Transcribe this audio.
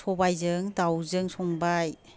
सबायजों दावजों संबाय